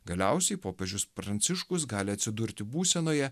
galiausiai popiežius pranciškus gali atsidurti būsenoje